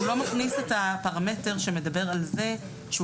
הוא לא מכניס את הפרמטר שמדבר על זה שהוא